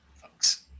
folks